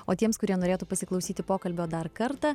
o tiems kurie norėtų pasiklausyti pokalbio dar kartą